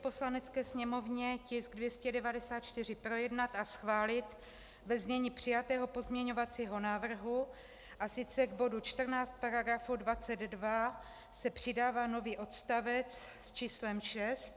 Poslanecké sněmovně tisk 294 projednat a schválit ve znění přijatého pozměňovacího návrhu, a sice k bodu 14 § 22 se přidává nový odstavec s číslem 6.